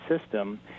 system